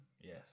yes